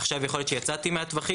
עכשיו יכול להיות שיצאתי מהטווחים?